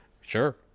Sure